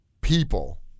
people